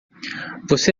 você